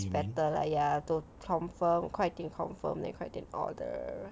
it's better lah ya to confirm then 快点 confirm 快点 order